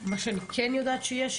מה שאני כן יודעת שיהיה,